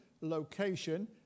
location